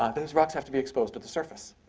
um those rocks have to be exposed at the surface.